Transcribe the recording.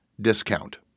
discount